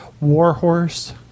warhorse